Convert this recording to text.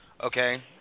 okay